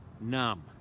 numb